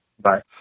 Bye